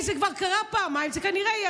זה כבר קרה פעמיים, זה כנראה יהיה.